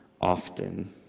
often